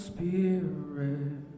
Spirit